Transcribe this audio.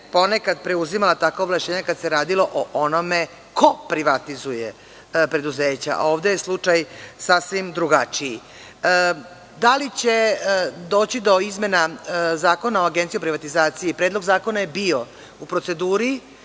ponekad preuzimala takva ovlašćenja kada se radilo o onome ko privatizuje preduzeće, a ovde je slučaj sasvim drugačiji. Da li će doći do izmena Zakona o Agenciji za privatizaciju? Predlog zakona je bio u proceduri